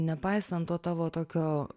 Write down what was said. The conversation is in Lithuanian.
nepaisant to tavo tokio